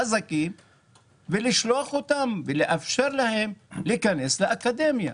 החזקים ולאפשר להם להיכנס לאקדמיה?